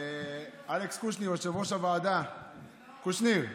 אלכס קושניר, יושב-ראש הוועדה, קושניר,